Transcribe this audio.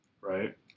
right